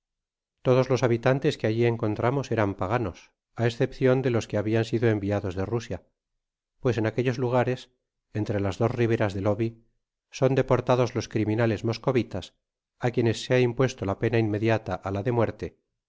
todos os habitantes que alli encontramos eran paganos á escopetan de los que habian sido enviados de rusia pues en aquellos lugares entre las dos riberas del oby son deportados los criminales moscovitas á quienes se ha impuesto la pena inmediata á la de muerte